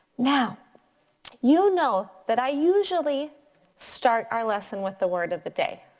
now you know that i usually start our lesson with the word of the day.